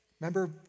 remember